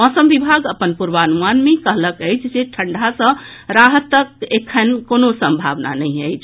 मौसम विभाग अपन पूर्वानुमान मे कहलक अछि जे ठंढ़ा सँ राहतक एखन संभावना नहि अछि